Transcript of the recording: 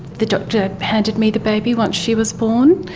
the doctor handed me the baby once she was born,